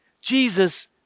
Jesus